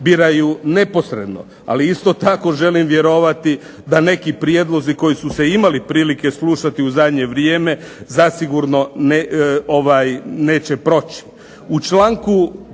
biraju neposredno. Ali isto tako želim vjerovati da neki prijedlozi koji su se imali prilike slušati u zadnje vrijeme zasigurno neće proći.